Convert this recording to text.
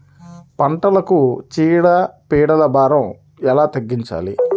పంటలకు చీడ పీడల భారం ఎలా తగ్గించాలి?